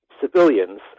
civilians